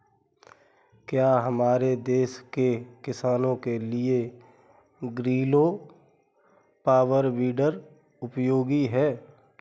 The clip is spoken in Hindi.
क्या हमारे देश के किसानों के लिए ग्रीलो पावर वीडर उपयोगी है?